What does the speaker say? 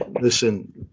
Listen